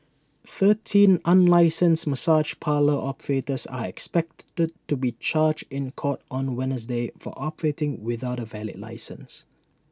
thirteen unlicensed massage parlour operators are expected to be charged in court on Wednesday for operating without A valid licence